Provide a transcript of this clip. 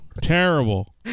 Terrible